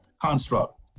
construct